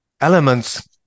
elements